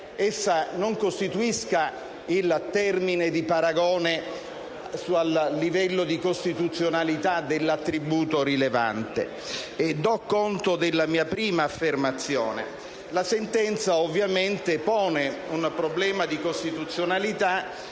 essa non costituisca il termine di paragone, a livello di costituzionalità, dell'attributo «rilevante». Do conto della mia prima affermazione. La sentenza, ovviamente, pone un problema di costituzionalità